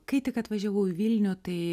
kai tik atvažiavau į vilnių tai